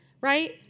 right